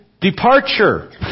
departure